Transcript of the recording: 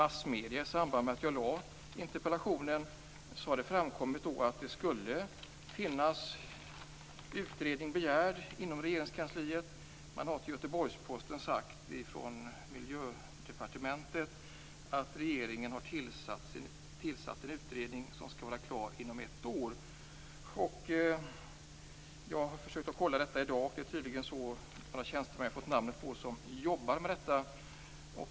I samband med att jag lade fram interpellationen framkom det i massmedierna att det skulle ha begärts en utredning inom Regeringskansliet. Till Göteborgsposten har man på Miljödepartementet sagt att regeringen har tillsatt en utredning som skall vara klar inom ett år. Jag har försökt kontrollera detta i dag, och tydligen jobbar några tjänstemän med detta.